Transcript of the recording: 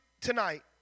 tonight